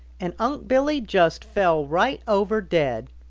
and unc' billy just fell right over dead.